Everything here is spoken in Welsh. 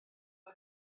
fwy